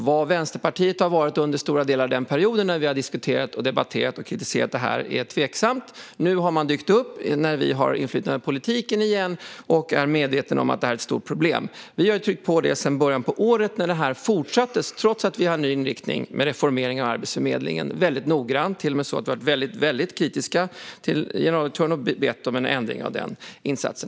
Var Vänsterpartiet har varit under stora delar av den perioden när vi har diskuterat, debatterat och kritiserat det är tveksamt. Nu har man dykt upp, när vi har inflytande över politiken igen, och är medveten om att det här är ett stort problem. Vi har tryckt på det här sedan början av året när det fortsatte trots att vi har en ny inriktning med en reformering av Arbetsförmedlingen. Vi har gjort det väldigt noggrant och till och med varit väldigt, väldigt kritiska till generaldirektören och bett om en ändring av insatsen.